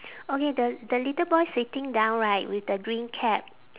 okay the the little boy sitting down right with the green cap